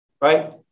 Right